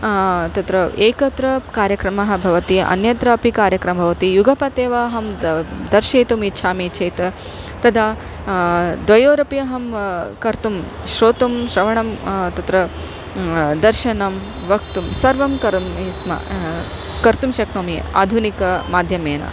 तत्र एकत्र कार्यक्रमः भवति अन्यत्रापि कार्यक्रमः भवति युगपदेवा अहं दर्शयितुम् इच्छामि चेत् तदा द्वयोरपि अहं कर्तुं श्रोतुं श्रवणं तत्र दर्शनं वक्तुं सर्वं करोमि स्म कर्तुं शक्नोमि आधुनिक माध्यमेन